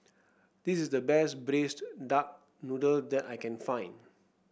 this is the best Braised Duck Noodle that I can find